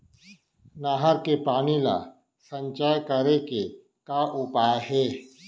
नहर के पानी ला संचय करे के का उपाय हे?